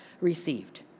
received